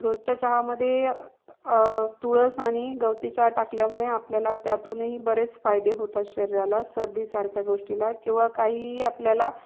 रोजच्या चहामध्ये तुळस आणि गवती चहा टाकल्यामुळे आपल्याला त्यातूनही बरेच फायदे होतात शरीराला सर्दीसारख्या गोष्टीला किंवा काही आपल्याला